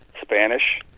Spanish